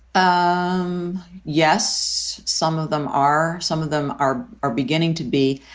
um yes, some of them are. some of them are are beginning to be.